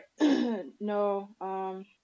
No